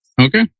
okay